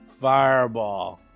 fireball